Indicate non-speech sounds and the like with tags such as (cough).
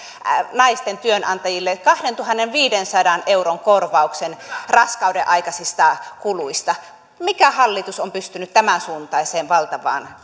naisten työnantajille kahdentuhannenviidensadan euron korvauksen raskaudenaikaisista kuluista mikä hallitus on pystynyt tämänsuuntaiseen valtavaan (unintelligible)